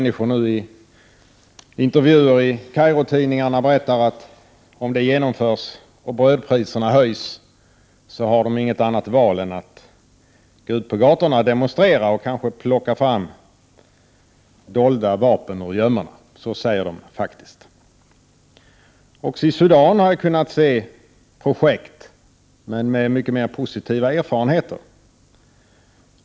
I intervjuer i Kairotidningarna berättar fattiga människor att om förslagen genomförs och brödpriserna höjs har de inget annat val än att gå ut på gatorna och demonstrera och kanske plocka fram dolda vapen ur gömmorna — så säger de faktiskt. Också i Sudan har jag kunnat se projekt, som emellertid givit mycket mer positiva erfarenheter.